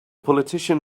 politician